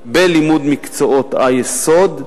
בלימוד מקצועות היסוד,